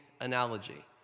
analogy